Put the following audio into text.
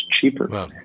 cheaper